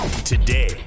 today